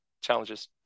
challenges